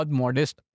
modest